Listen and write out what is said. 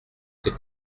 ses